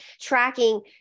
tracking